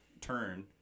turn